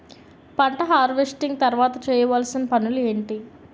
పంట హార్వెస్టింగ్ తర్వాత చేయవలసిన పనులు ఏంటి?